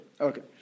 Okay